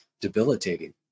debilitating